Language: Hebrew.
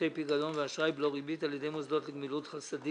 האוצר ירושלים הנדון: אישור מוסדות ציבור לעניין סעיף 46 לפקודת מס הכנסה